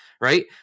Right